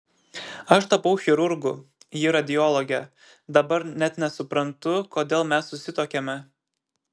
aš tapau chirurgu ji radiologe dabar net nesuprantu kodėl mes susituokėme